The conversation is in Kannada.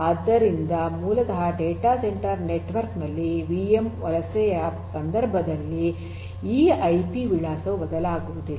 ಆದ್ದರಿಂದ ಮೂಲತಃ ಡೇಟಾ ಸೆಂಟರ್ ನೆಟ್ವರ್ಕ್ ಗಳಲ್ಲಿ ವಿಎಂ ವಲಸೆಯ ಸಂದರ್ಭದಲ್ಲಿ ಈ ಐಪಿ ವಿಳಾಸವು ಬದಲಾಗುವುದಿಲ್ಲ